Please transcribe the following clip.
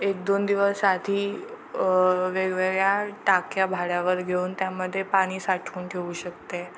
एक दोन दिवस आधी वेगवेगळ्या टाक्या भाड्यावर घेऊन त्यामध्ये पाणी साठवून ठेऊ शकते